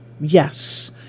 Yes